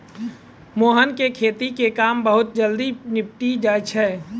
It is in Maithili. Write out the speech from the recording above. मोहन के खेती के काम बहुत जल्दी निपटी जाय छै